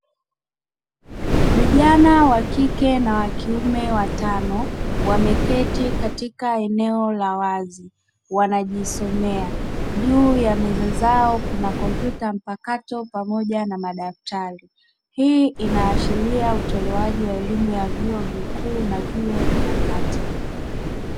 Vijana wa kike na wa kiume watano, wameketi katika eneo la wazi wanajisomea. Juu ya meza zao kuna kompyuta mpakato pamoja na madaftari. Hii inaashiria utolewaji wa elimu ya vyuo vikuu na vyuo vya kati.